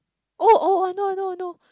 oh oh I know I know I know